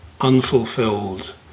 unfulfilled